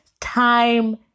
Time